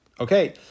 Okay